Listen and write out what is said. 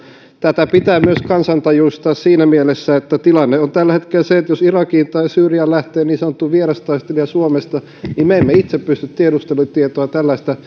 tätä pitää myös kansantajuistaa siinä mielessä että tilanne on tällä hetkellä se että jos irakiin tai syyriaan lähtee niin sanottu vierastaistelija suomesta niin me emme itse pysty tiedustelutietoa tällaisesta